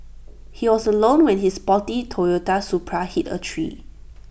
he was alone when his sporty Toyota Supra hit A tree